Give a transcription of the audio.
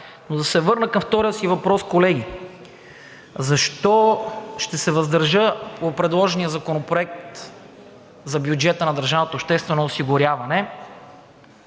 Но да се върна към втория си въпрос, колеги – защо ще се въздържа по предложения Законопроект за бюджета на държавното обществено осигуряване,